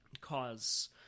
cause